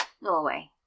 Norway